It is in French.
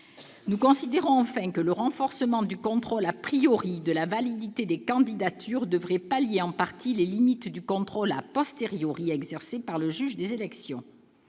Nous considérons enfin que le renforcement du contrôle de la validité des candidatures devrait pallier en partie les limites du contrôle exercé par le juge des élections.